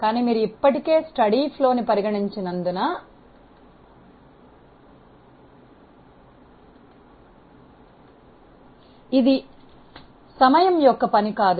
కానీ మీరు ఇప్పటికే స్థిరమైన ప్రవాహాన్ని పరిగణించినందున అది సమయం యొక్క పని కాదు